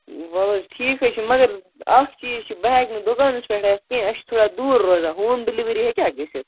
وَل حظ ٹھیٖک حظ چھِ مگر اَکھ چیٖز چھِ بہٕ ہٮ۪کہٕ نہٕ دُکانَس پٮ۪ٹھ یَتھ کیٚنٛہہ أسۍ چھِ تھوڑا دوٗر روزان ہوم ڈِلِوری ہیٚکیٛاہ گٔژھِتھ